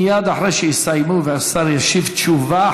מייד אחרי שיסיימו והשר ישיב תשובה,